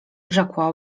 rzekła